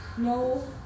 No